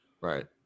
right